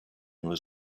was